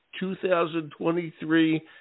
2023